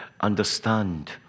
understand